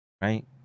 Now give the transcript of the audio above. right